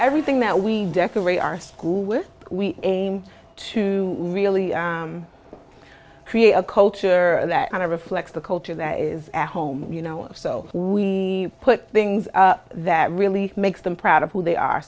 everything that we decorate our school where we aim to really create a culture that kind of reflects the culture that is at home you know so we put things that really make them proud of who they are